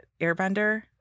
Airbender